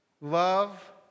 Love